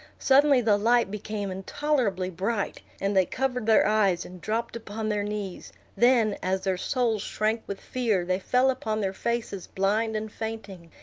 suddenly the light became intolerably bright, and they covered their eyes, and dropped upon their knees then, as their souls shrank with fear, they fell upon their faces blind and fainting,